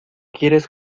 quieres